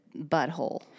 butthole